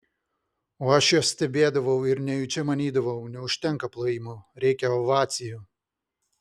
o aš juos stebėdavau ir nejučia manydavau neužtenka plojimų reikia ovacijų